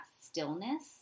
stillness